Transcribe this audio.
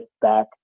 back